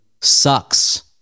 sucks